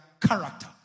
character